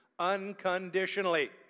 unconditionally